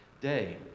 day